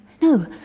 No